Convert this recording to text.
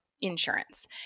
insurance